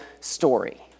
story